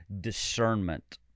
discernment